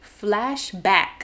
flashback